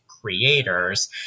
creators